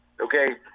Okay